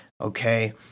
okay